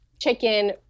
chicken